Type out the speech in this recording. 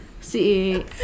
See